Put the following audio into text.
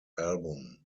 album